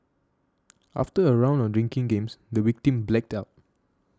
after a round of drinking games the victim blacked out